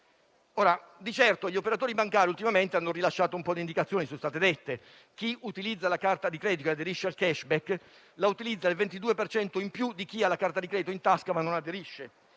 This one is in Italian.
Di certo gli operatori bancari ultimamente hanno rilasciato un po' di indicazioni. Chi utilizza la carta di credito e aderisce al *cashback* la usa il 22 per cento in più di chi ha la carta di credito in tasca ma non aderisce